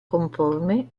conforme